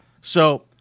So-